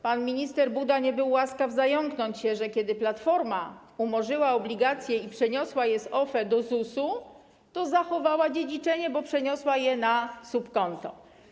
Pan minister Buda nie był łaskaw zająknąć się, że kiedy Platforma umorzyła obligacje i przeniosła je z OFE do ZUS-u, to zachowała dziedzicznie, bo przeniosła je na subkonto.